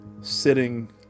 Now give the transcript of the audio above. sitting